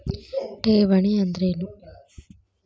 ಠೇವಣಿ ಅಂದ್ರೇನು?